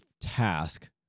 task